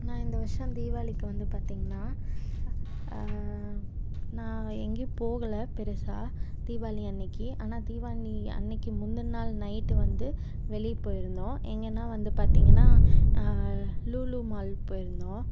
நான் இந்த வருடம் தீபாளிக்கி வந்து பார்த்திங்கனா நான் எங்கேயும் போகலை பெருசாக தீபாளி அன்னைக்கு ஆனால் தீபாளி அன்னைக்கு முந்தின நாள் நைட்டு வந்து வெளியே போயிருந்தோம் எங்கென்னா வந்து பார்த்திங்கனா லுலு மால் போயிருந்தோம்